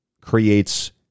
creates